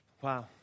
Wow